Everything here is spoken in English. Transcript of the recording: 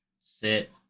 Sit